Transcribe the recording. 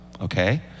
Okay